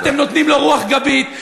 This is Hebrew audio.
אתם נותנים לו רוח גבית,